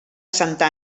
santa